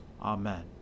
Amen